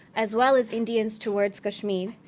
as well as indians towards kashmir.